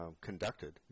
conducted